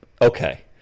Okay